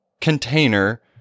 container